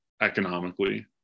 economically